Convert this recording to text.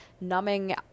numbing